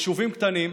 יישובים קטנים,